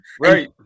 Right